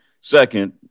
Second